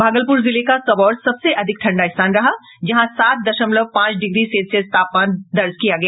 भागलपुर जिले का सबौर सबसे अधिक ठंडा स्थान रहा जहां सात दशमलव पांच डिग्री सेल्सियस तापमान दर्ज किया गया